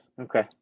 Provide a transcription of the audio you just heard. Okay